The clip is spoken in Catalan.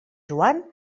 joan